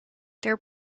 their